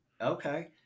Okay